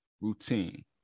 routine